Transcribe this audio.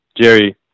Jerry